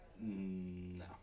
No